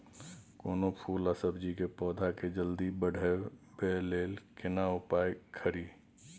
कोनो फूल आ सब्जी के पौधा के जल्दी बढ़ाबै लेल केना उपाय खरी?